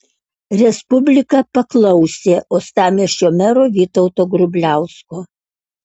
respublika paklausė uostamiesčio mero vytauto grubliausko